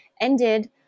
ended